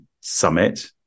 summit